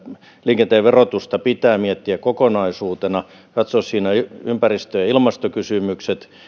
liikenteen verotusta pitää miettiä kokonaisuutena katsoa siinä ympäristö ja ilmastokysymykset